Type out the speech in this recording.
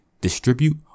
distribute